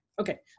okay